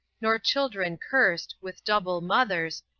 nor children curs'd with double mothers,